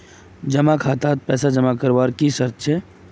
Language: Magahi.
जमा खातात पैसा जमा करवार की शर्त छे?